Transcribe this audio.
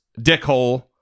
dickhole